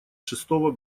шестого